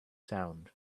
sound